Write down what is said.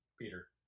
Peter